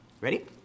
Ready